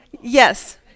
Yes